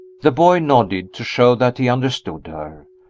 the boy nodded, to show that he understood her.